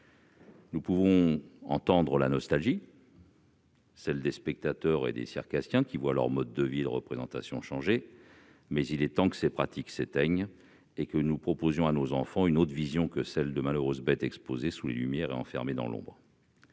Nous pouvons entendre la nostalgie, celle des spectateurs et des circassiens qui voient leur mode de vie et de représentation changer, mais il est temps que ces pratiques s'éteignent et que nous proposions à nos enfants une autre vision que celle de malheureuses bêtes exposées sous les lumières et enfermées dans l'ombre.